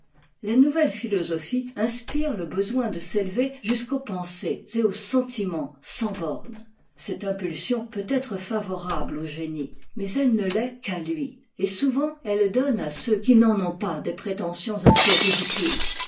la nouvelle philosophie inspire le besoin de s'étever jusqu'aux pensées et aux sentiments sans bornes cette impulsion peut être favorable au génie mais elle ne l'est qu'à lui et souvent elle donne à ceux qui n'en ont pas des prétentions assez ridicules